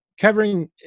covering